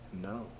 No